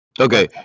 Okay